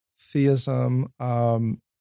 theism